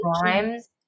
crimes